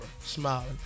smiling